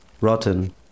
Rotten